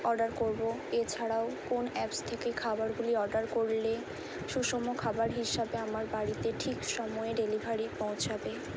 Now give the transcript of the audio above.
order করবো এছাড়াও কোন অ্যাপস থেকে খাবারগুলি অর্ডার করলে সুষম খাবার হিসাবে আমার বাড়িতে ঠিক সময়ে ডেলিভারি পৌঁছাবে